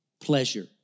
Pleasure